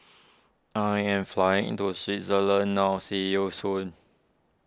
I am flying to Switzerland now see you soon